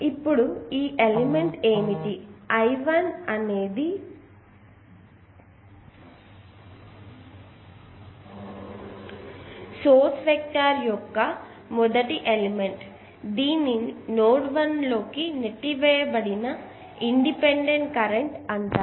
ఇప్పుడు ఈ ఎలిమెంట్ ఏమిటిI1 అనేది సోర్స్ వెక్టర్ యొక్క మొదటి ఎలిమెంట్ దీనిని నోడ్ 1 లోకి నెట్టబడిన మొత్తం ఇండిపెండెంట్ కరెంట్ అంటారు